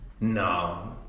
No